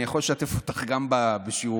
אני יכול לשתף אותך גם בשיעור.